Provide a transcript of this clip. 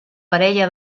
parella